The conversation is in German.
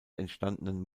entstandenen